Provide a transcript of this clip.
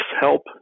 help